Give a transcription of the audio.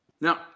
Now